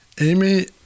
Amy